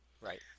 Right